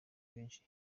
benshi